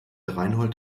reinhold